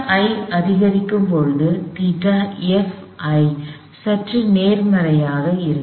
ϴi அதிகரிக்கும் போது ϴf சற்று நேர்மறையாக இருக்கும்